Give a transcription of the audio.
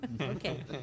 Okay